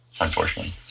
Unfortunately